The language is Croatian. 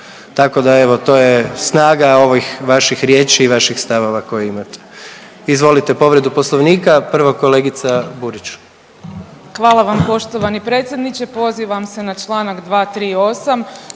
Tako da evo to je snaga ovih riječi i vaših stavova koje imate. Izvolite, povredu Poslovnika, prvo kolegica Burić. **Burić, Majda (HDZ)** Hvala vam poštovani predsjedniče. Pozivam se na Članak 238.,